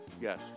Yes